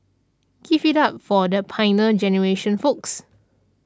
give it up for the Pioneer Generation folks